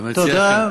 תודה.